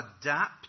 adapt